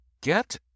get